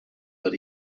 that